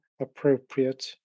appropriate